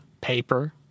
paper